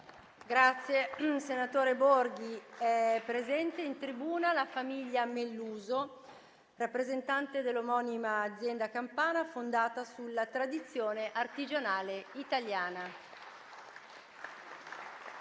nuova finestra"). È presente in tribuna la famiglia Melluso, rappresentante dell'omonima azienda campana fondata sulla tradizione artigianale italiana.